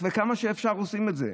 וכמה שאפשר עושים את זה.